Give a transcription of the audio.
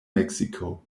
mexico